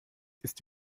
ist